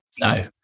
No